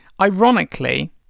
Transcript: Ironically